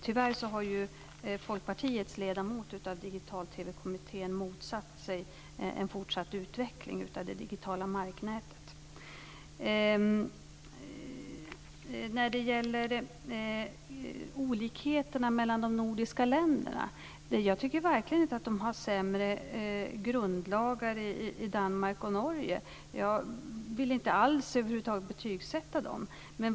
Tyvärr har Folkpartiets ledamot i digital-TV-kommittén motsatt sig en fortsatt utveckling av det digitala marknätet. Sedan var det frågan om olikheterna mellan de nordiska länderna. Jag tycker verkligen inte att det är sämre grundlagar i Danmark och Norge. Jag vill inte betygsätta dem.